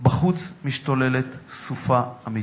בחוץ משתוללת סופה אמיתית,